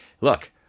Look